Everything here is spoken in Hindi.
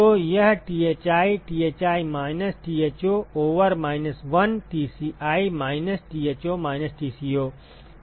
तो यह Thi Thi minus Tho over minus 1 Tci minus Tho minus Tco